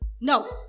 No